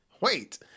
wait